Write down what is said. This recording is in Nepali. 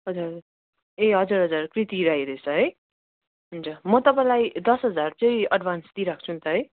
हजुर ए हजुर हजुर कृति राई रहेछ है हुन्छ म तपाईँलाई दस हजार चाहिँ एडभान्स दिइराख्छु नि त है